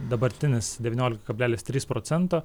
dabartinis devyniolika kablelis trys procento